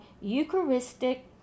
Eucharistic